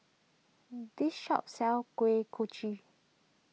this shop sells Kuih Kochi